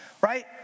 Right